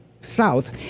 south